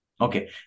Okay